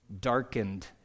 darkened